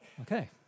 Okay